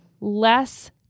less